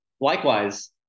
Likewise